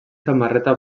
samarreta